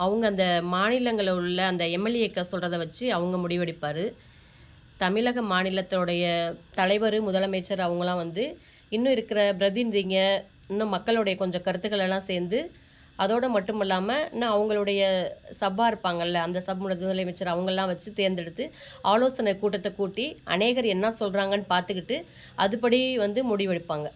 அவங்க அந்த மாநிலங்களில் உள்ள அந்த எம்எல்ஏக்கள் சொல்றதை வைச்சு அவங்க முடிவெடுப்பார் தமிழக மாநிலத்தோடைய தலைவர் முதலமைச்சர் அவங்கல்லாம் வந்து இன்னும் இருக்கிற பிரதிநிதிங்க இன்னும் மக்களுடைய கொஞ்சம் கருத்துக்களெல்லாம் சேர்ந்து அதோடு மட்டும் இல்லாம இன்னும் அவங்களுடைய சபா இருப்பாங்கள்லை அந்த சப் மு முதலமைச்சர் அவங்கள்லாம் வைச்சு தேர்ந்தெடுத்து ஆலோசனை கூட்டத்தைக் கூட்டி அநேகர் என்ன சொல்கிறாங்கன்னு பார்த்துக்கிட்டு அதுப்படி வந்து முடிவெடுப்பாங்க